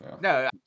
No